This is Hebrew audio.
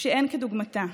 שאין כדוגמתה.